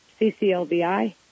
CCLBI